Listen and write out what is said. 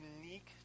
unique